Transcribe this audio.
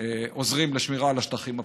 עוזרים לשמירה על השטחים הפתוחים.